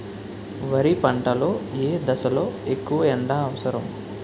వరి పంట లో ఏ దశ లొ ఎక్కువ ఎండా అవసరం?